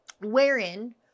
wherein